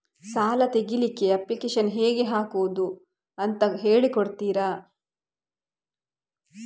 ಸಾಲ ತೆಗಿಲಿಕ್ಕೆ ಅಪ್ಲಿಕೇಶನ್ ಹೇಗೆ ಹಾಕುದು ಅಂತ ಹೇಳಿಕೊಡ್ತೀರಾ?